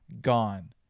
gone